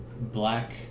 Black